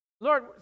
Lord